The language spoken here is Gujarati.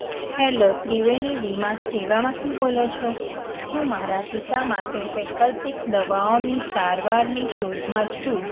હેલો ત્રિવેણી વીમા સેવામાંથી બોલો છો હું મારા પિતા માટે વૈકલ્પિક દવાઓની સારવારની શોધમાં છું